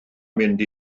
mynd